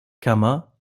kammer